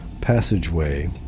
passageway